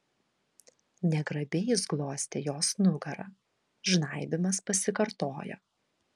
negrabiai jis glostė jos nugarą žnaibymas pasikartojo